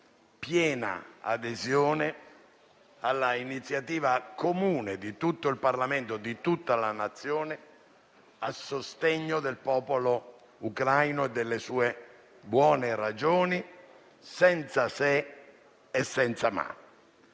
piena adesione all'iniziativa comune di tutto il Parlamento e di tutta la Nazione a sostegno del popolo ucraino e delle sue buone ragioni senza se e senza ma.